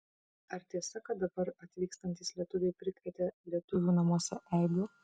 ar tiesa kad dabar atvykstantys lietuviai prikrėtė lietuvių namuose eibių